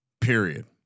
Period